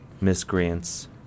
Miscreant's